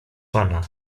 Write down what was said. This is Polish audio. pana